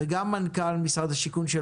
וגם מנכ"ל משרד הבינוי והשיכון,